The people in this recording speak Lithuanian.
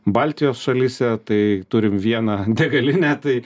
baltijos šalyse tai turim vieną degalinę tai